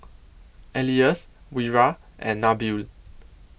Elyas Wira and Nabil